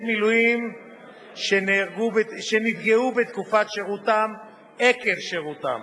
מילואים שנפגעו בתקופת שירותם עקב שירותם,